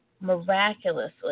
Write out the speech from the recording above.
miraculously